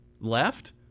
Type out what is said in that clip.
left